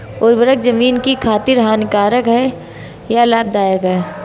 उर्वरक ज़मीन की खातिर हानिकारक है या लाभदायक है?